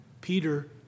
Peter